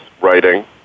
writing